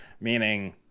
meaning